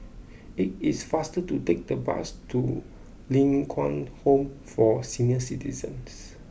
it is faster to take the bus to Ling Kwang Home for Senior Citizens